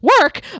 work